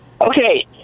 Okay